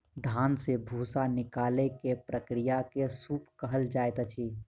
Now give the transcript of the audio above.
धान से भूस्सा निकालै के प्रक्रिया के सूप कहल जाइत अछि